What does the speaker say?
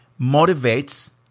motivates